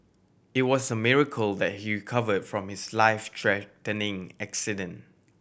it was a miracle that he recovered from his life threatening accident